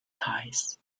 tides